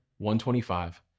125